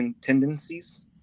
tendencies